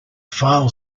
file